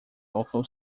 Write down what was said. local